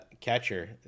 catcher